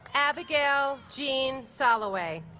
abigail jean soloway